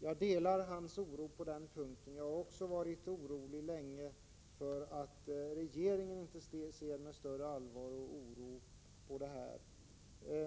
Jag delar hans oro på den punkten. Jag har också länge varit orolig för att regeringen inte ser med större allvar och oro på det.